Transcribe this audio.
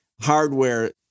hardware